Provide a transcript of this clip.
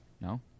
No